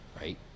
Right